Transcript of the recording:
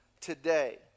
today